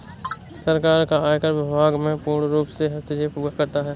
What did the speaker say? सरकार का आयकर विभाग में पूर्णरूप से हस्तक्षेप हुआ करता है